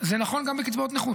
זה נכון גם בקצבאות נכות,